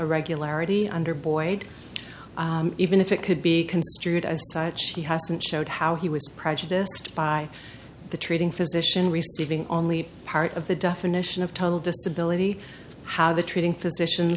irregularity under boyd even if it could be construed as such he hasn't showed how he was prejudiced by the treating physician receiving only part of the definition of total disability how the treating physician